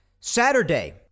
Saturday